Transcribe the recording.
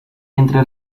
entre